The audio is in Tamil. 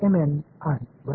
அதனால்தான் அது